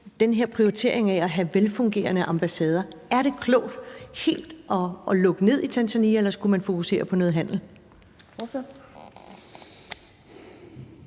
den her prioritering af at have velfungerende ambassader? Er det klogt helt at lukke ned i Tanzania, eller skulle man fokusere på noget handel?